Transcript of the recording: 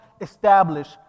establish